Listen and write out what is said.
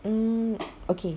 mm okay